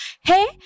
hey